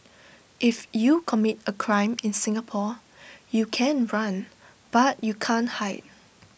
if you commit A crime in Singapore you can run but you can't hide